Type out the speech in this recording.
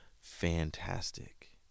fantastic